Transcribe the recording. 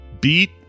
Beat